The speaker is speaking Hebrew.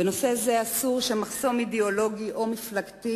בנושא זה אסור שמחסום אידיאולוגי או מפלגתי